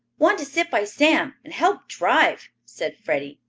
want to sit by sam and help drive, said freddie,